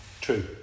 True